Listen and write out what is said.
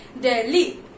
Delhi